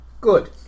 Good